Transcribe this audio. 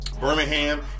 Birmingham